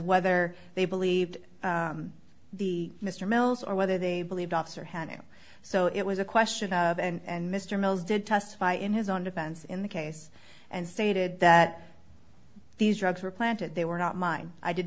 whether they believed the mr mills or whether they believe the officer had him so it was a question of and mr mills did testify in his own defense in the case and stated that these drugs were planted they were not mine i did